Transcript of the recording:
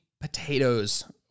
potatoes